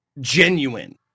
genuine